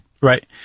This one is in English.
Right